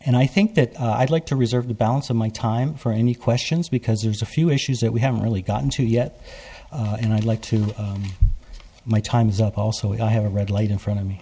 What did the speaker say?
and i think that i'd like to reserve the balance of my time for any questions because there's a few issues that we haven't really gotten to yet and i'd like to know my time's up also if i have a red light in front of me